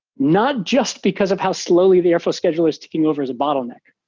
not just because of how slowly the airflow scheduler is ticking over as a bottleneck,